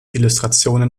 illustrationen